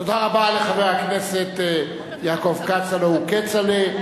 תודה רבה לחבר הכנסת יעקב כץ, הלוא הוא כצל'ה.